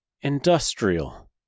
industrial